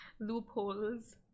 Loopholes